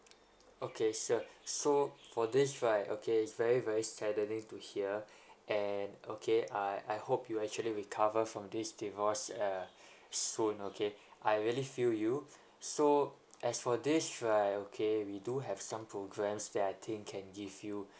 okay sir so for this right okay it's very very saddening to hear and okay I I hope you actually recover from this divorce uh soon okay I really feel you so as for this right okay we do have some programs that I think can give you